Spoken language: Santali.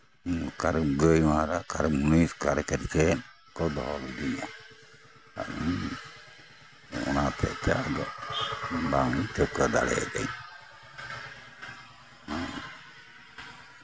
ᱚᱠᱟᱨᱮ ᱜᱟᱹᱭ ᱢᱟᱦᱨᱟ ᱚᱠᱟᱨᱮ ᱢᱩᱱᱤᱥ ᱚᱠᱟᱨᱮ ᱪᱮᱫ ᱠᱚ ᱫᱚᱦᱚ ᱞᱤᱫᱤᱧᱟ ᱦᱮᱸ ᱚᱱᱟ ᱦᱚᱛᱮᱜ ᱛᱮ ᱟᱫᱚ ᱵᱟᱝ ᱤᱧ ᱴᱷᱟᱹᱣᱠᱟᱹ ᱫᱟᱲᱮᱭᱟᱹᱫᱟᱹᱧ ᱦᱮᱸ